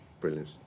Brilliant